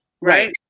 right